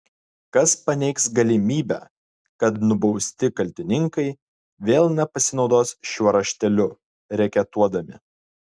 kas paneigs galimybę kad nubausti kaltininkai vėl nepasinaudos šiuo rašteliu reketuodami